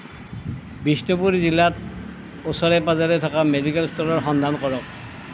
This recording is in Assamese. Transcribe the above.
বিষ্ণুপুৰ জিলাত ওচৰে পাঁজৰে থকা মেডিকেল ষ্ট'ৰৰ সন্ধান কৰক